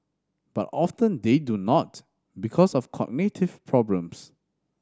but often they do not because of cognitive problems